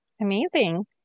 Amazing